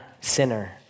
sinner